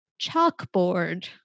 Chalkboard